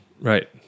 Right